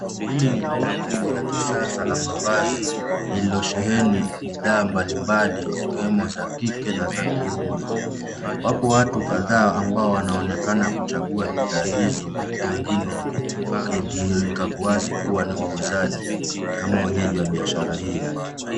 Hili ni duka kubwa la kisasa la mavazi lililosheheni bidhaa mbalimbali zikiwemo za kike na za kiume. Wapo watu kadhaa ambao wanaonekana kuchagua bidhaa hizo huku wengine wakidhihirika wazi kuwa ni wauzaji ama wenyeji wa biashara hii.